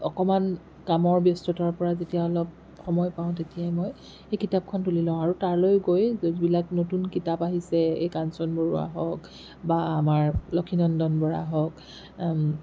অকণমান কামৰ ব্যস্ততাৰপৰা যেতিয়া অলপ সময় পাওঁ তেতিয়াই মই এই কিতাপখন তুলি লওঁ আৰু তালৈ গৈ যিবিলাক নতুন কিতাপ আহিছে এই কাঞ্চন বৰুৱা হওক বা আমাৰ লখিনন্দন বৰা হক